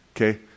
okay